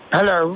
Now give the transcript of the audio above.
Hello